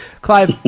Clive